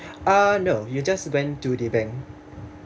uh no you just went to the bank